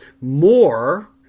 more